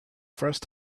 first